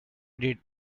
did